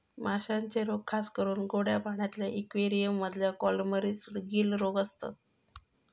माश्यांचे रोग खासकरून गोड्या पाण्यातल्या इक्वेरियम मधल्या कॉलमरीस, गील रोग असता